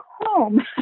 home